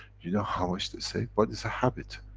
you know how much they save? but it's a habit,